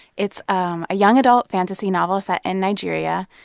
it's um a young adult fantasy novel set in nigeria.